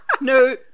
No